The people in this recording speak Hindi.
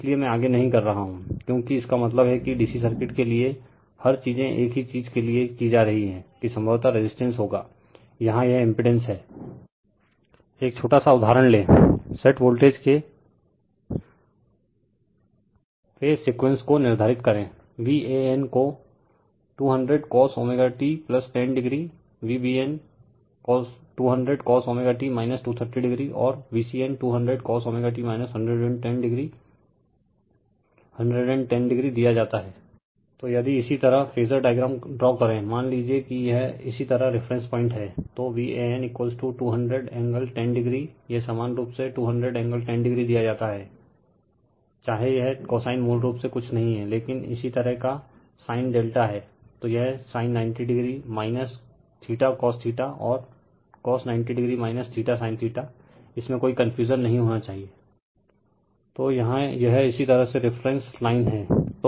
इसलिए मैं आगे नहीं कर रहा हूं क्योंकि इसका मतलब है कि DC सर्किट के लिए हर चीजें एक ही चीज के लिए की जा रही हैं कि संभवत रेजिस्टेंस होगा यहाँ यह इम्पीडेंस हैंl Refer Slide Time 1851 एक छोटा सा उदहारण ले सेट वोल्टेज के फेज सीक्वेंस को निर्धारित करेl Van को 200 cosω t 10oVbn 200 cosω t 230oऔर Vcn 200 cosω t 110 o 110o दिया जाता हैl Refer Slide Time 1858 तो यदि इसी तरह फेजर डायग्राम ड्रा करेl मान लीजिये कि यह इसी तरह रिफरेन्स पॉइंट है तो Van 200 एंगल 10o यह समान रूप से 200 एंगल 10o दिया जाता हैंचाहे यह cosine मूल रूप से कुछ नहीं हैं लेकिन इसी तरह का sin ∆ हैं तो यह sin 90o θcosθ और cos 90o θsinθ इसमे कोई कंफ्यूजन नही होना चाहिएl तो यहाँ यह इसी तरह से रिफरेन्स लाइन हैं